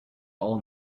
all